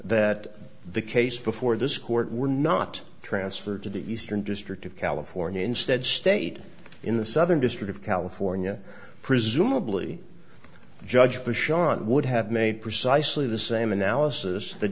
that the case before this court were not transferred to the eastern district of california instead state in the southern district of california presumably the judge to sean would have made precisely the same analysis the